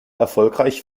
erfolgreich